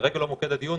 כרגע זה לא מוקד הדיון,